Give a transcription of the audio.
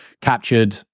captured